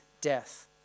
death